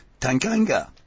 Tanganga